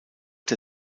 der